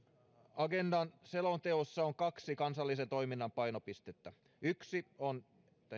agendan selonteossa on kaksi kansallisen toiminnan painopistettä yksi